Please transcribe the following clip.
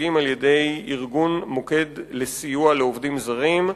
המיוצגים על-ידי ארגון "מוקד לסיוע לעובדים זרים"